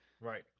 Right